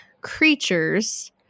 creatures